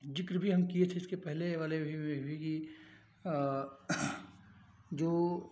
ज़िक्र भी हम किए थे इसके वाले में भी कि जो